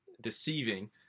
deceiving